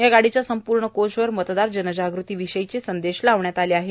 या गाडीच्या संपूर्ण कोचवर मतदार जनजागृतीचे संदेश लावण्यात आले आहेत